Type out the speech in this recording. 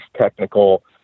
technical